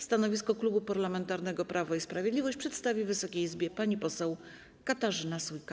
Stanowisko Klubu Parlamentarnego Prawo i Sprawiedliwość przedstawi Wysokiej Izbie pani poseł Katarzyna Sójka.